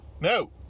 no